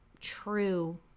true